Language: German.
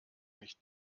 mich